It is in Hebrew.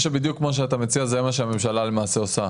בדיוק כמו שאתה מציע, זה מה שלמעשה הממשלה עושה.